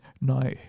No